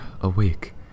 awake